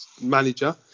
manager